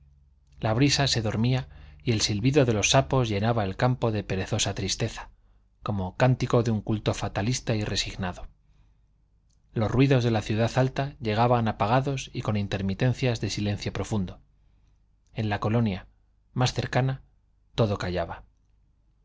la brisa se dormía y el silbido de los sapos llenaba el campo de perezosa tristeza como cántico de un culto fatalista y resignado los ruidos de la ciudad alta llegaban apagados y con intermitencias de silencio profundo en la colonia más cercana todo callaba